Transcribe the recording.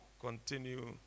continue